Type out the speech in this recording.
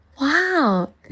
wow